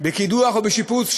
בקידוח או בשיפוץ,